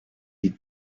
die